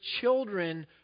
children